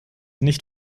nicht